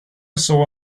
saw